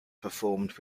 performed